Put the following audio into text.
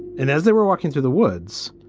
and as they were walking through the woods,